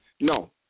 No